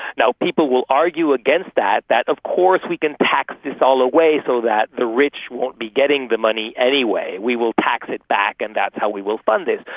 now, people will argue against that, that of course we can tax this all away so that the rich won't be getting the money anyway, we will tax it back, and that's how we will fund it.